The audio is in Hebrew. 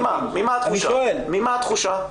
ממש התחושה?